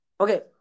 Okay